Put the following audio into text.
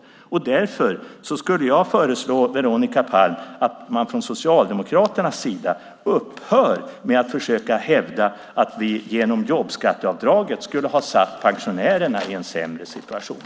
Därför skulle jag vilja föreslå Veronica Palm och Socialdemokraterna att upphöra att försöka hävda att vi genom jobbskatteavdraget skulle ha försatt pensionärerna i en sämre situation.